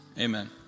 Amen